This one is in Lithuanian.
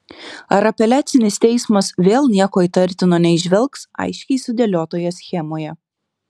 ar apeliacinis teismas vėl nieko įtartino neįžvelgs aiškiai sudėliotoje schemoje